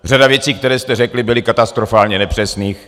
Řada věcí, které jste řekli, byly katastrofálně nepřesných.